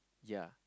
ya